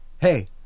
hey